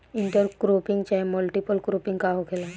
Inter cropping चाहे multiple cropping का होखेला?